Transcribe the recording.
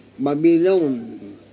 Babylon